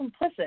complicit